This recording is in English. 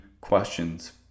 questions